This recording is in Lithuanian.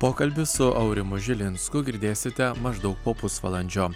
pokalbį su aurimu žilinsku girdėsite maždaug po pusvalandžio